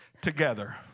together